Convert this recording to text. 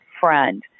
friend